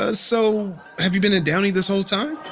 ah so have you been in downey this whole time?